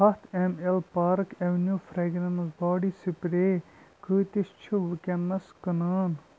ہَتھ M L Park Avenue fragrance body spray کٍتِس چھُ وُنکٮ۪نَس کٕنان